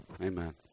Amen